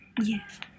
Yes